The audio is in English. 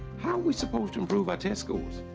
how are we supposed to improve our test scores?